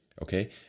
Okay